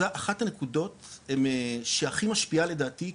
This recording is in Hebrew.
זו אחת הנקודות שהכי משפיעה לדעתי,